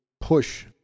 push